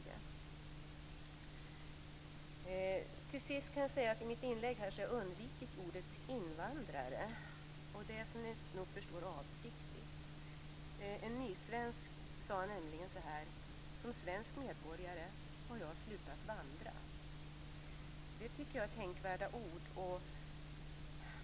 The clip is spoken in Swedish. Jag vill till sist säga att jag i mitt inlägg undvikit ordet invandrare, och det är, som ni nog förstår, avsiktligt. En "nysvensk" har nämligen sagt så här: Som svensk medborgare har jag slutat vandra. - Jag tycker att det är tänkvärda ord.